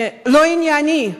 לא ענייני.